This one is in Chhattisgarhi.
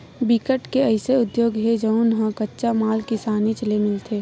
बिकट के अइसे उद्योग हे जउन ल कच्चा माल किसानीच ले मिलथे